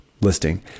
listing